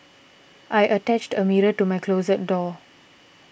I attached a mirror to my closet door